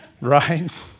Right